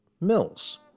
mills